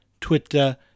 Twitter